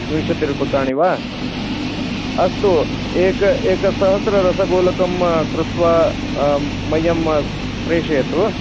विंशतिरूप्यकाणि वा अस्तु एकं एकसहस्ररसगोलकं कृत्वा मह्यं प्रेषयतु